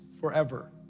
forever